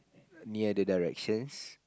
near the directions